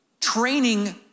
training